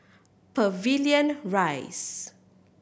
Pavilion Rise